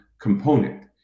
component